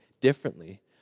differently